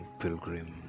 pilgrim